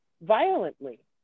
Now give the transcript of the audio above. violently